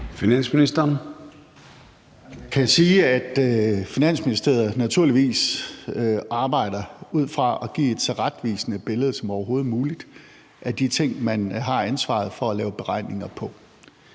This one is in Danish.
Finansministeriet naturligvis arbejder ud fra at give et så retvisende billede som overhovedet muligt af de ting, man har ansvaret for at lave beregninger på.